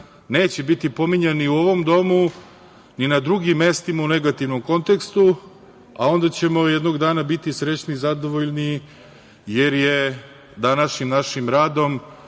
neće biti pominjani u ovom Domu ni na drugim mestima u negativnom kontekstu, a onda ćemo jednog dana biti srećni i zadovoljni jer je današnjim našim radom,